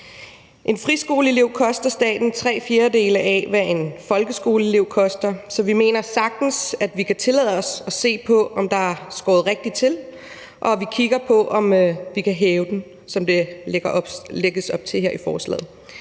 En friskoleelev koster staten tre fjerdedele af, hvad en folkeskoleelev koster, så vi mener sagtens, at vi kan tillade os at se på, om der er skåret rigtigt til, og at vi kan kigge på, at vi kan hæve den, som der lægges op til her i forslaget.